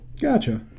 gotcha